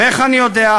ואיך אני יודע?